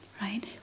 right